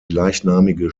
gleichnamige